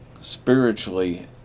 spiritually